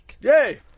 Yay